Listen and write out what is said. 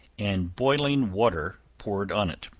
and boiling water poured on it.